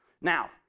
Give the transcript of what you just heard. Now